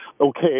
okay